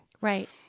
right